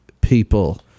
people